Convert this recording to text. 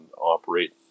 operate